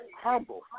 humble